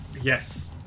Yes